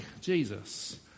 Jesus